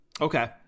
Okay